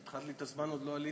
התחלת לי את הזמן ועוד לא עליתי.